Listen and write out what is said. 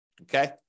okay